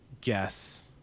guess